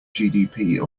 gdp